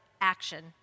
action